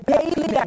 Daily